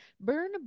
burn